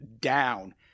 down